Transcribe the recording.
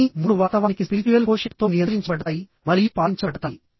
కానీ మూడు వాస్తవానికి స్పిరిచ్యుయల్ కోషెంట్ తో నియంత్రించబడతాయి మరియు పాలించబడతాయి